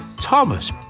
Thomas